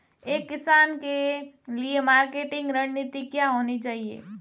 एक किसान के लिए मार्केटिंग रणनीति क्या होनी चाहिए?